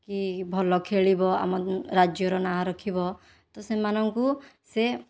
କି ଭଲ ଖେଳିବ ଆମ ରାଜ୍ୟର ନାଁ ରଖିବ ତ ସେମାନଙ୍କୁ ସେ